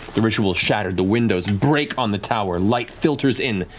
the ritual shattered, the windows break on the tower, light filters in,